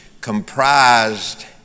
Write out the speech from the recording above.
comprised